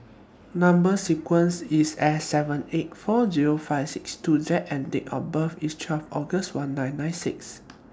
Number sequence IS S seven eight four Zero five six two Z and Date of birth IS twelve August one nine nine six